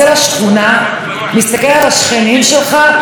מסתכל על השכנים שלך ואז אתה אומר: